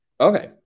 okay